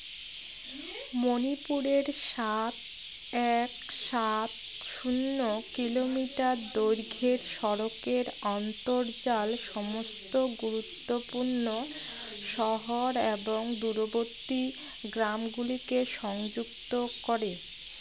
মণিপুরের সাত এক সাত শূন্য কিলোমিটার দৈর্ঘ্যের সড়কের অন্তর্জাল সমস্ত গুরুত্বপূর্ণ শহর এবং দূরবর্তী গ্রামগুলিকে সংযুক্ত করে